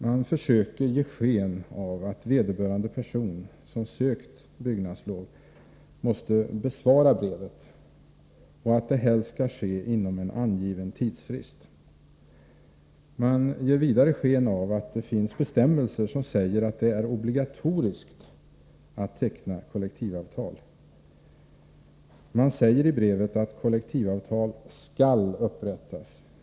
Man försöker ge sken av att vederbörande person som sökt byggnadslov måste besvara brevet och att det helst skall ske inom en angiven tidsfrist. Man ger vidare sken av att det finns bestämmelser som säger att det är obligatoriskt att teckna kollektivavtal. Man säger i brevet att kollektivavtal skall upprättas.